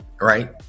right